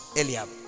Eliab